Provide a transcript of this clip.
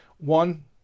One